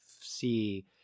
see